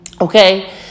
Okay